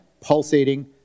pulsating